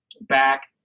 back